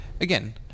again